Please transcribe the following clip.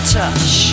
touch